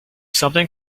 something